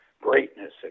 greatness